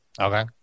Okay